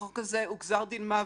החוק הזה הוא גזר דין מוות.